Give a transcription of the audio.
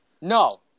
No